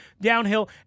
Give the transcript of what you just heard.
downhill